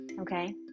okay